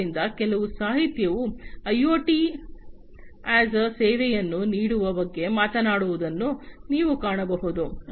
ಆದ್ದರಿಂದ ಕೆಲವು ಸಾಹಿತ್ಯವು ಐಒಟಿ ಯಾಸ್ ಎ ಸೇವೆಯನ್ನು ನೀಡುವ ಬಗ್ಗೆ ಮಾತನಾಡುವುದನ್ನು ನೀವು ಕಾಣಬಹುದು